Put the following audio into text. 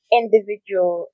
individual